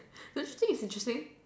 don't you think it's interesting